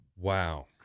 Wow